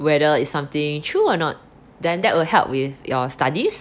whether it's something true or not then that will help with your studies